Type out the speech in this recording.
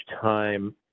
time